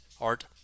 Art